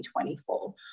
2024